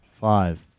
Five